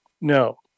No